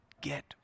get